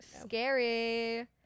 Scary